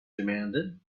demanded